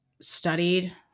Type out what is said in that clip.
studied